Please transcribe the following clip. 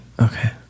Okay